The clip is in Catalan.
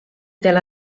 tel